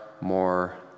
more